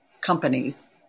companies